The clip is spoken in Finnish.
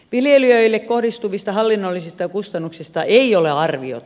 viljelijöille kohdistuvista hallinnollisista kustannuksista ei ole arviota